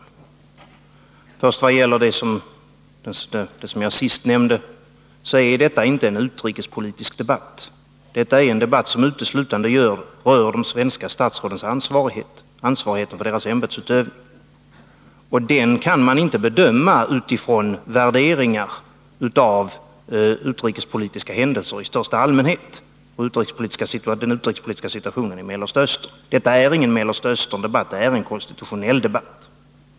Vad först och främst gäller det som jag sist nämnde är detta inte en utrikespolitisk debatt, utan detta är en debatt som uteslutande rör de svenska statsrådens ansvar för deras ämbetsutövning, och detta ansvar kan inte bedömas utifrån värderingar av utrikespolitiska händelser eller den utrikespolitiska situationen i Mellersta Östern. Detta är ingen Mellanösterndebatt— det är en konstitutionell debatt.